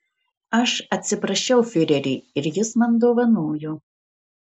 aš atsiprašiau fiurerį ir jis man dovanojo